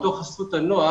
בתוך תוכניות הנוער,